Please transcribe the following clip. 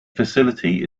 facility